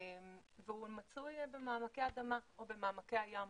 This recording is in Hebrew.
והוא מצוי במעמקי האדמה או במעמקי הים.